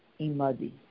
imadi